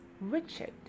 Richard